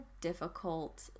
difficult